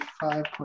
five